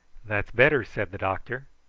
that's better, said the doctor.